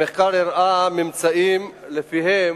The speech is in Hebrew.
המחקר הראה ממצאים שלפיהם,